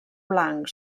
blanc